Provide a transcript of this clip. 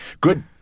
good